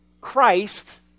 Christ